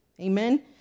Amen